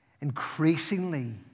increasingly